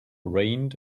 rained